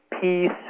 peace